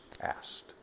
asked